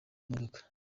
imodoka